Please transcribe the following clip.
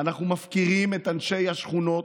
אנחנו מפקירים את אנשי השכונות.